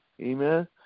amen